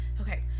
Okay